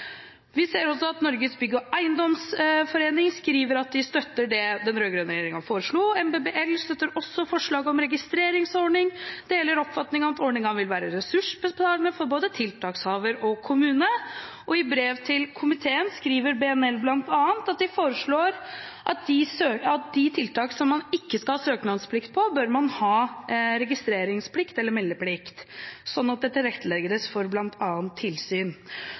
Vi ser også at Norges Bygg- og Eiendomsforening skriver at de støtter det den rød-grønne regjeringen foreslo. NBBL støtter også forslaget om registreringsordning, og deler oppfatningen om at ordningen vil være ressursbesparende for både tiltakshaver og kommune. I brev til komiteen skriver BNL bl.a. at de foreslår at for de tiltak som man ikke skal ha søknadsplikt for, bør man ha registreringsplikt eller meldeplikt, slik at det tilrettelegges for bl.a. tilsyn.